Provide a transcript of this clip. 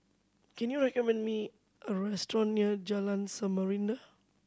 can you recommend me a restaurant near Jalan Samarinda